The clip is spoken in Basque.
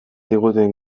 diguten